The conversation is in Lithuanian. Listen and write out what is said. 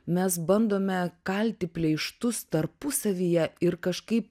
mes bandome kalti pleištus tarpusavyje ir kažkaip